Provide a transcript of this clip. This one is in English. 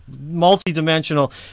multi-dimensional